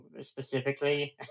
specifically